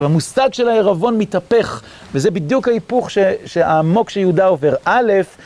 המושג של הערבון מתהפך, וזה בדיוק ההיפוך שעמוק שיהודה עובר א׳...